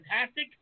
fantastic